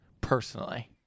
personally